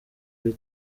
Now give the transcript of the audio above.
kuri